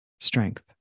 strength